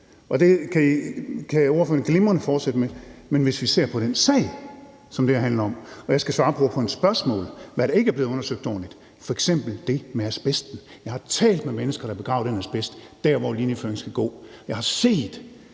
og det kan spørgeren glimrende fortsætte med. Men hvis vi ser på den sag, som det her handler om, og jeg skal svare på spørgerens spørgsmål om, hvad der ikke er blevet undersøgt ordentligt, kan jeg sige, at det f.eks. er det med asbesten. Jeg har talt med mennesker, der har begravet den asbest der, hvor linjeføringen skal gå; jeg har set